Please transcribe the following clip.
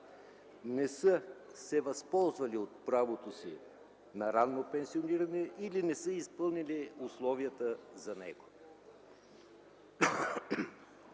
не са се възползвали от правото си на ранно пенсиониране или не са изпълнили условията за него?